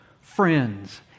friends